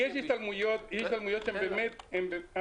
יש השתלמויות שהן באמת --- רגע.